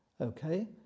Okay